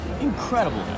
Incredible